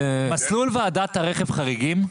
מסלול ועדת הרכב חריגים,